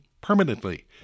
permanently